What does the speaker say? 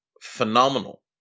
phenomenal